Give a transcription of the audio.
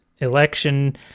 election